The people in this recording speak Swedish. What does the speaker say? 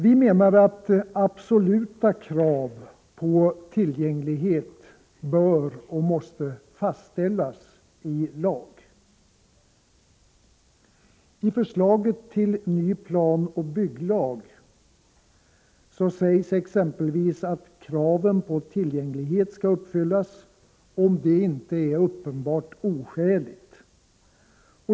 Vi menar att absoluta krav på tillgänglighet måste fastställas i lag. I förslaget till ny planoch bygglag sägs exempelvis att kravet på tillgänglighet skall uppfyllas om det inte är uppenbart oskäligt.